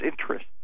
interest